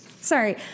Sorry